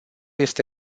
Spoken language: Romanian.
este